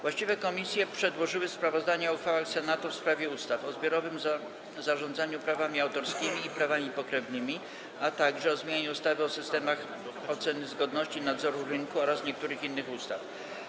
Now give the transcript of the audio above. Właściwe komisje przedłożyły sprawozdania o uchwałach Senatu w sprawie ustaw: - o zbiorowym zarządzaniu prawami autorskimi i prawami pokrewnymi, - o zmianie ustawy o systemach oceny zgodności i nadzoru rynku oraz niektórych innych ustaw.